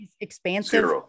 expansive